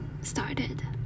started